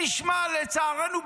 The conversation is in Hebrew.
לצערנו,